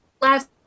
last